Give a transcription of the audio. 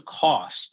cost